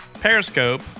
Periscope